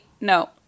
no